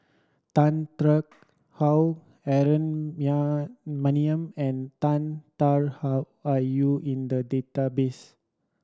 Tan Tarn How Aaron Maniam and Tan Tarn How are you in the database